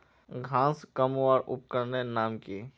घांस कमवार उपकरनेर नाम की?